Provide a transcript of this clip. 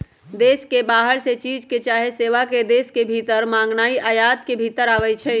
देश के बाहर से चीज चाहे सेवा के देश के भीतर मागनाइ आयात के भितर आबै छइ